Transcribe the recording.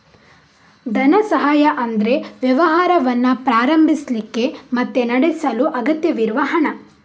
ಧನ ಸಹಾಯ ಅಂದ್ರೆ ವ್ಯವಹಾರವನ್ನ ಪ್ರಾರಂಭಿಸ್ಲಿಕ್ಕೆ ಮತ್ತೆ ನಡೆಸಲು ಅಗತ್ಯವಿರುವ ಹಣ